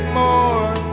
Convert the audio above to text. more